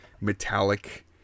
metallic